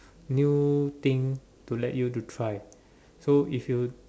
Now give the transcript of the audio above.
new thing to let you to try so if you